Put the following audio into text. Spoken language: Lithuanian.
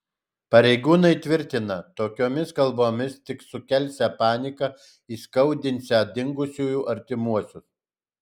pareigūnai tvirtina tokiomis kalbomis tik sukelsią paniką įskaudinsią dingusiųjų artimuosius